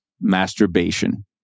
masturbation